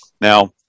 Now